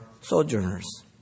sojourners